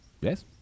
Yes